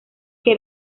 que